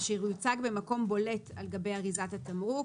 אשר יוצג במקום בולט על גבי אריזת התמרוק: